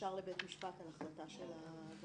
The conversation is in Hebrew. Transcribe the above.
ישר לבית משפט על החלטה של הוועדה.